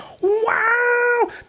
wow